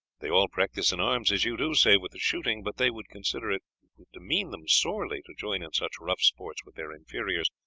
they all practise in arms as you do, save with the shooting but they would consider it would demean them sorely to join in such rough sports with their inferiors,